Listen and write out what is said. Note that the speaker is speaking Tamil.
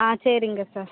ஆ சரிங்க சார்